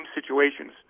situations